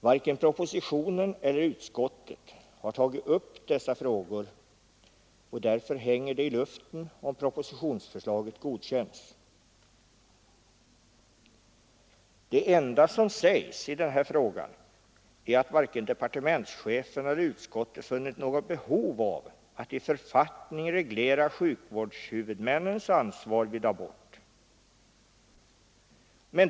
Varken propositionen eller utskottet har tagit upp dessa frågor, och därför hänger de i luften om propositionsförslaget godkänns. Det enda som sägs är att varken departementschefen eller utskottet funnit något behov av att i författning reglera sjukvårdshuvudmännens ansvar vid abort.